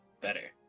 better